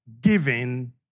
giving